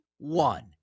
One